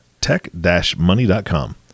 tech-money.com